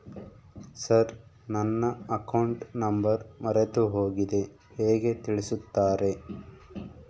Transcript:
Sir ನನ್ನ account number ಮರೆತುಹೋಗಿದೆ ಹೇಗೆ ತಿಳಿಸುತ್ತಾರೆ?